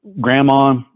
grandma